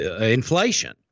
inflation